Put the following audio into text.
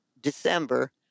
December